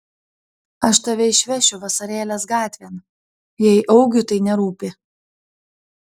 aš tave išvešiu vasarėlės gatvėn jei augiui tai nerūpi